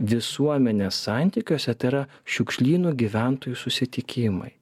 visuomenės santykiuose tai yra šiukšlynų gyventojų susitikimai